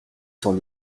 cent